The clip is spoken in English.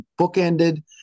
bookended